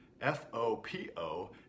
F-O-P-O